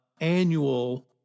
annual